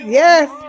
yes